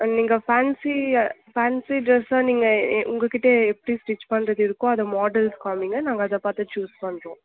நீங்கள் fancy fancy டிரஸ்ஸாக நீங்கள் ஏ உங்கள்கிட்டயே எப்படியும் ஸ்டிச் பண்ணுறது இருக்கும் அதை மாடல்ஸ் காமிங்க நாங்கள் அதை பார்த்து சூஸ் பண்ணுறோம்